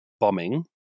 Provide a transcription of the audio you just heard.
bombing